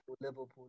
Liverpool